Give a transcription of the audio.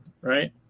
right